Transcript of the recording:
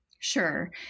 Sure